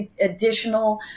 additional